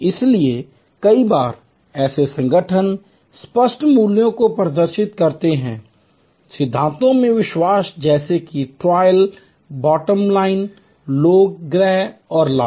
इसलिए कई बार ऐसे संगठन स्पष्ट मूल्यों को प्रदर्शित करते हैं सिद्धांतों में विश्वास जैसे कि ट्रिपल बॉटम लाइन लोग ग्रह और लाभ